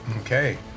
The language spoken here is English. Okay